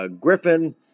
Griffin